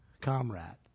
comrade